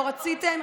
לא רציתם.